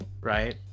right